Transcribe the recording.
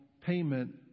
payment